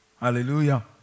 Hallelujah